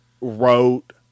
wrote